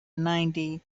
ninety